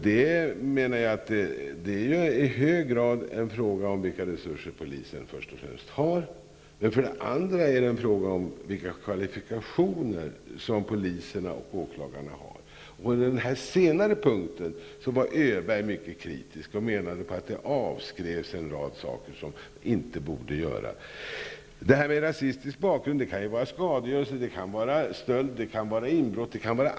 Det är ju, menar jag, i hög grad en fråga om för det första vilka resurser polisen har och för det andra vilka kvalifikationer poliserna och åklagarna har. På den senare punkten var Öberg mycket kritisk och menade att det avskrevs en rad ärenden som inte borde avskrivas. Brott med rasistisk bakgrund kan vara skadegörelse, stöld, inbrott.